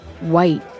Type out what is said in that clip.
White